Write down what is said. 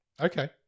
Okay